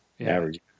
average